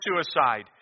suicide